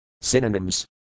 Synonyms